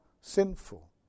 sinful